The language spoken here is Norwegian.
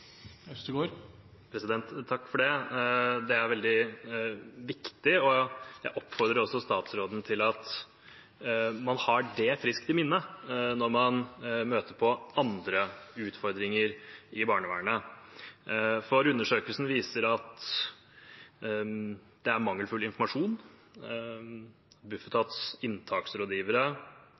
Takk for det. Det er veldig viktig. Jeg oppfordrer også statsråden til å ha det friskt i minne når man møter på andre utfordringer i barnevernet. Undersøkelsen viser at det er mangelfull informasjon. Bufetats